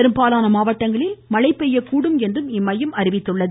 பெரும்பாலான மாவட்டங்களில் மழை பெய்யக்கூடும் என்றும் இம்மையம் அறிவித்துள்ளது